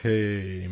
Hey